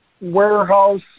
warehouse